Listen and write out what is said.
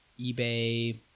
ebay